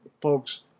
folks